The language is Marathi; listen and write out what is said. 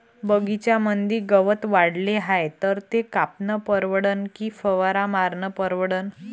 बगीच्यामंदी गवत वाढले हाये तर ते कापनं परवडन की फवारा मारनं परवडन?